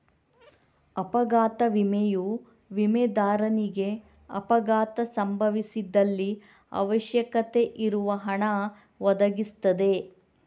ಅಪಘಾತ ವಿಮೆಯು ವಿಮೆದಾರನಿಗೆ ಅಪಘಾತ ಸಂಭವಿಸಿದಲ್ಲಿ ಅವಶ್ಯಕತೆ ಇರುವ ಹಣ ಒದಗಿಸ್ತದೆ